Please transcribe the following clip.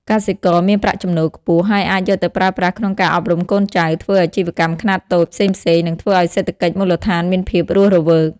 កសិករមានប្រាក់ចំណូលខ្ពស់ ហើយអាចយកទៅប្រើប្រាស់ក្នុងការអប់រំកូនចៅ ធ្វើអាជីវកម្មខ្នាតតូចផ្សេងៗ និងធ្វើឲ្យសេដ្ឋកិច្ចមូលដ្ឋានមានភាពរស់រវើក។